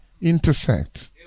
intersect